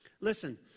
Listen